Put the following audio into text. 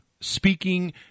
speaking